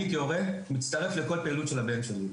אני כהורה מצטרף לכל פעילות של הבן שלי.